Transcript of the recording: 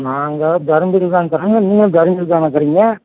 நாங்கள் தர்மபுரி தான் இருக்கிறோம் ஏன்ங்க நீங்கள் தர்மபுரியில் தானே இருக்குறீங்க